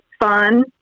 fun